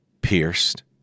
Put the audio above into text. pierced